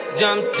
jump